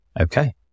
Okay